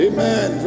Amen